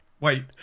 wait